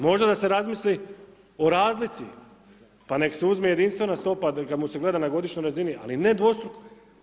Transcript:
Možda da se razmisli o razlici, pa nek se uzme jedinstvena stopa kad mu se gleda na godišnjoj razini, ali ne dvostruko.